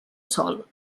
sol